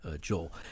Joel